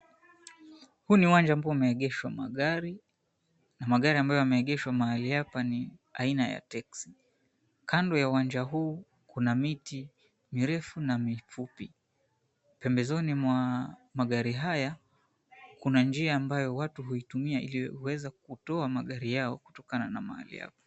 Huu ni uwanja ambao umeegeshwa magari. Na magari ambayo yameegeshwa mahali hapa ni aina ya texi. Kando ya uwanja huu kuna miti mirefu na mifupi. Pembezoni mwa magari haya kuna njia ambayo watu huitumia ile huweza kutoa magari yao kutokana na mali hapo.